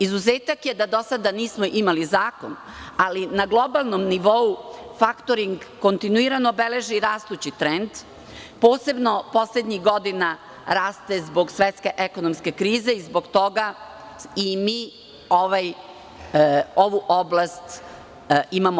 Izuzetak je da do sada nismo imali zakon, ali na globalnom nivou faktoring kontinuirano beleži rastući trend, posebno poslednjih godina raste zbog svetske ekonomske krize i zbog toga i mi ovu oblast uređujemo.